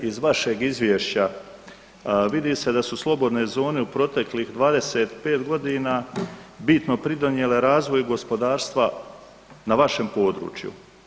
Iz vašeg izvješća vidi se da su slobodne zone u proteklih 25 godina bitno pridonijele razvoju gospodarstva na vašem području.